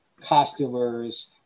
costumers